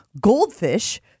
goldfish